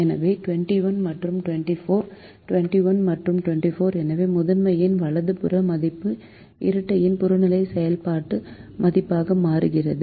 எனவே 21 மற்றும் 24 21 மற்றும் 24 எனவே முதன்மையின் வலது புற மதிப்பு இரட்டையின் புறநிலை செயல்பாட்டு மதிப்பாக மாறுகிறது